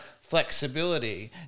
flexibility